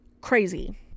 crazy